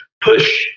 push